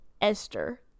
esther